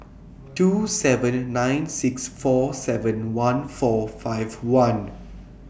two seven nine six four seven one four five one